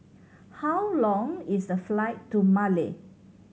how long is the flight to Male